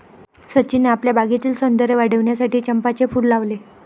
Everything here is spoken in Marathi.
सचिनने आपल्या बागेतील सौंदर्य वाढविण्यासाठी चंपाचे फूल लावले